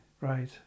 right